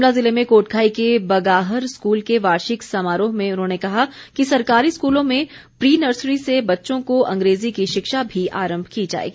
शिमला जिले में कोटखाई के बगाहर स्कूल के वार्षिक समारोह में उन्होंने कहा कि सरकारी स्कूलों में प्री नर्सरी से बच्चों को अंग्रेज़ी की शिक्षा भी आरम्भ की जाएगी